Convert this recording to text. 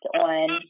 on